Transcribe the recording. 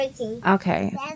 Okay